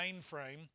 mainframe